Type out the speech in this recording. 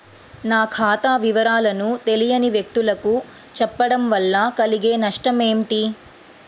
నా ఖాతా వివరాలను తెలియని వ్యక్తులకు చెప్పడం వల్ల కలిగే నష్టమేంటి?